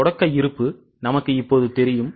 எனவே தொடக்க இருப்பு நமக்கு இப்போது தெரியும்